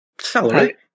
Salary